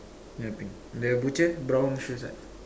yeah but the butcher brown shoes what